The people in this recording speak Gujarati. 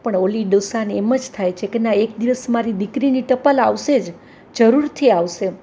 પણ અલી ડોસાને એમ જ થાય છે કે ના એક દિવસ મારી દીકરીની ટપાલ આવશે જ જરૂરથી આવશે